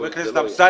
חבר הכנסת אמסלם,